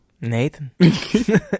Nathan